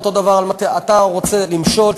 אתה רוצה למשול,